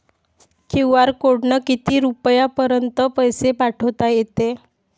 QR कोडनं किती रुपयापर्यंत पैसे पाठोता येते?